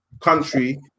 country